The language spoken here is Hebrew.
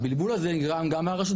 הבלבול הזה נגרם גם מהרשות,